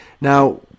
Now